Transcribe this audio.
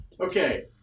Okay